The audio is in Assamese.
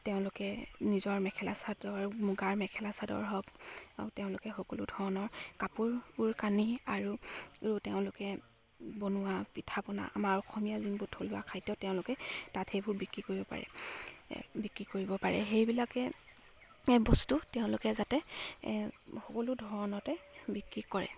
তেওঁলোকে নিজৰ মেখেলা চাদৰ মুগাৰ মেখেলা চাদৰ হওক তেওঁলোকে সকলো ধৰণৰ কাপোৰবোৰ কানি আৰু তেওঁলোকে বনোৱা পিঠা পনা আমাৰ অসমীয়া যোনবোৰ থলুৱা খাদ্য তেওঁলোকে তাত সেইবোৰ বিক্ৰী কৰিব পাৰে বিক্ৰী কৰিব পাৰে সেইবিলাকে বস্তু তেওঁলোকে যাতে সকলো ধৰণতে বিক্ৰী কৰে